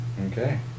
Okay